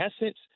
essence